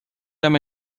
them